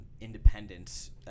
independence